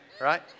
right